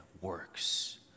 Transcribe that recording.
works